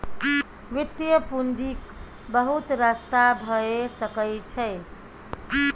वित्तीय पूंजीक बहुत रस्ता भए सकइ छै